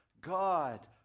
God